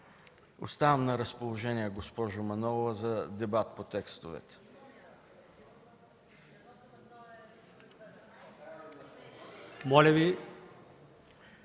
Оставам на разположение, госпожо Манолова, за дебат по текстовете. МАЯ